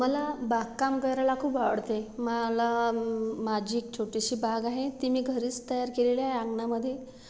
मला बागकाम करायला खूप आवडते मला माझी एक छोटीशी बाग आहे ती मी घरीच तयार केलेली आहे अंगणामध्ये